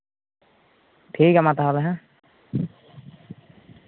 ᱴᱷᱤᱠ ᱜᱮᱭᱟ ᱢᱟ ᱛᱟᱦᱚᱞᱮ ᱦᱮᱸ